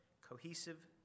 cohesive